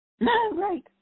Right